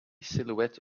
silhouette